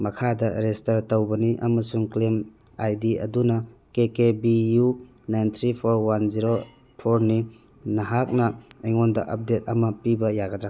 ꯃꯈꯥꯗ ꯔꯦꯁꯇꯔ ꯇꯧꯕꯅꯤ ꯑꯃꯁꯨꯡ ꯀ꯭ꯂꯦꯝ ꯑꯥꯏ ꯗꯤ ꯑꯗꯨꯅ K K B U nine three four one zero ꯐꯣꯔꯅꯤ ꯅꯍꯥꯛꯅ ꯑꯩꯉꯣꯅꯗ ꯑꯞꯗꯦꯗ ꯑꯃ ꯄꯤꯕ ꯌꯥꯒꯗ꯭ꯔ